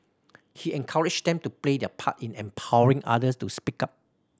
he encouraged them to play their part in empowering others to speak up